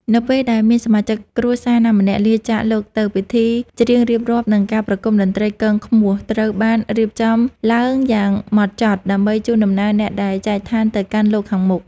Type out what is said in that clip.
នៅពេលដែលមានសមាជិកគ្រួសារណាម្នាក់លាចាកលោកទៅ ពិធីច្រៀងរៀបរាប់ និងការប្រគំតន្ត្រីគងឃ្មោះ ត្រូវបានរៀបចំឡើងយ៉ាងហ្មត់ចត់ ដើម្បីជូនដំណើរអ្នកដែលចែកឋានទៅកាន់លោកខាងមុខ។